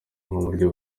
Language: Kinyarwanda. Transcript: buryo